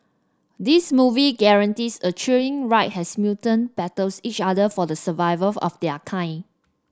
this movie guarantees a thrilling ride as mutant battles each other for the survival of their kind